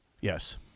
Yes